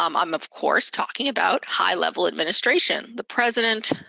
um i'm, of course, talking about high level administration the president,